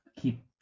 keep